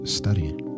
studying